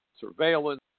surveillance